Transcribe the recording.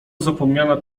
zapomniana